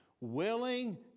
willing